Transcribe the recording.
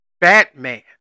Batman